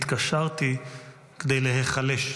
התקשרתי כדי להיחלש.